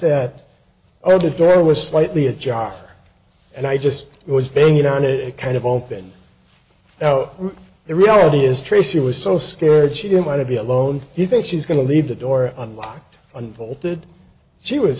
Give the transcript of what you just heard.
that oh that there was slightly ajar and i just was being you know it kind of open now the reality is tracey was so scared she didn't want to be alone he thinks she's going to leave the door unlocked unfolded she was